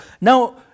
Now